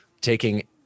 taking